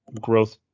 growth